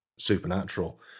Supernatural